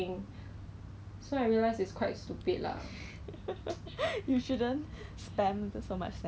跟我去 err Sheng Siong 买的 Dettol !wah! 不一样不一样的味不一样的味道 eh